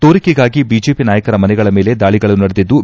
ತೋರಿಕೆಗಾಗಿ BJP ನಾಯಕರ ಮನೆಗಳ ಮೇಲೆ ದಾಳಿಗಳು ನಡೆದಿದ್ದು